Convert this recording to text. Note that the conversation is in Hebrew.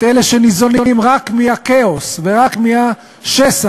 את אלה שניזונים רק מהכאוס ורק מהשסע,